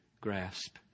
grasp